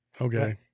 Okay